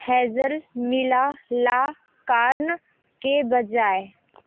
Hazel मिला ला corn के बजाय